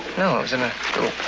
no. it was in a little